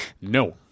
No